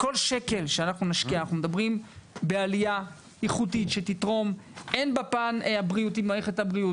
כל שקל שנשקיע אנחנו מדברים בעלייה ייחודית שתתרום הן במערכת הבריאות,